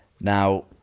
now